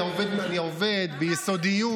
אני עובד ביסודיות,